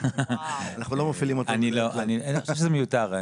אני חושב שזה מיותר.